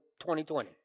2020